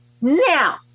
Now